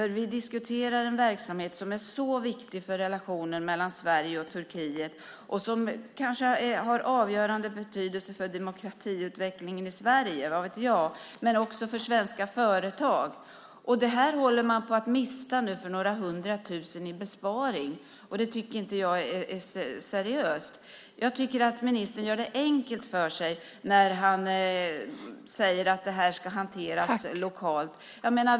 Vi diskuterar en verksamhet som är mycket viktig för relationen mellan Sverige och Turkiet och som kanske har avgörande betydelse för demokratiutvecklingen i Sverige - vad vet jag - men också för svenska företag. Det här håller man på att mista nu för några hundra tusen i besparing. Det tycker inte jag är seriöst. Jag tycker att ministern gör det enkelt för sig när han säger att detta ska hanteras lokalt.